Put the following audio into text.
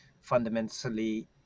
fundamentally